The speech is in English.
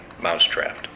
mousetrapped